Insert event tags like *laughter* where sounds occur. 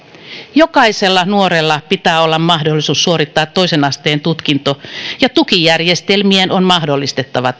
jokaisella nuorella pitää olla mahdollisuus suorittaa toisen asteen tutkinto ja tukijärjestelmien on mahdollistettava *unintelligible*